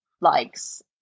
likes